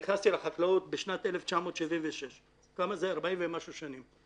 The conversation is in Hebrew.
נכנסתי לחקלאות בשנת 1976, זה 40 ומשהו שנים.